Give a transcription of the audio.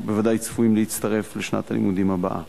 שבוודאי צפויים להצטרף בשנת הלימודים הבאה.